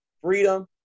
freedom